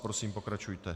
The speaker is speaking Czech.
Prosím, pokračujte.